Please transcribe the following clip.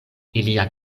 iliaj